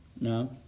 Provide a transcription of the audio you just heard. No